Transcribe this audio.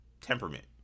temperament